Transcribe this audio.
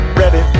ready